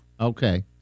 Okay